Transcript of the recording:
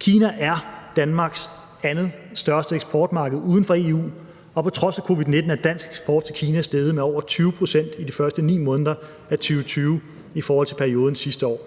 Kina er Danmarks næststørste eksportmarked uden for EU, og på trods af covid-19 er dansk eksport til Kina steget med over 20 pct. i de første 9 måneder af 2020 i forhold til perioden sidste år.